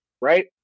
right